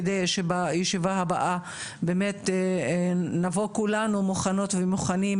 כדי שבישיבה הבאה נבוא כולנו מוכנות ומוכנים,